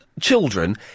children